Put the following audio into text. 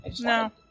No